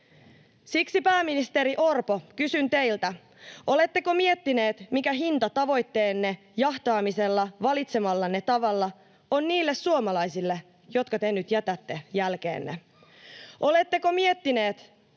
Siksi, pääministeri, Orpo kysyn teiltä: Oletteko miettineet, mikä hinta tavoitteenne jahtaamisella valitsemallanne tavalla on niille suomalaisille, jotka te nyt jätätte jälkeenne? Oletteko miettineet,